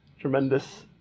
tremendous